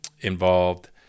involved